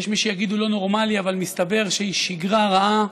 יש מי שיגידו לא נורמלי, אבל מסתבר שזו שגרה רעה,